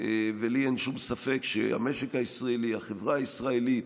לי אין שום ספק שהמשק הישראלי, החברה הישראלית,